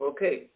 Okay